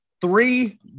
three